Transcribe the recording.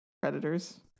predators